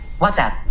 WhatsApp